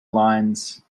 lines